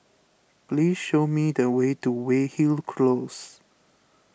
please show me the way to Weyhill Close